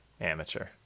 amateur